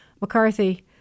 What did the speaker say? McCarthy